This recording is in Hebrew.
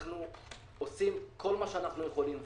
אנחנו עושים כל מה שאנחנו יכולים,